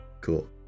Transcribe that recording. cool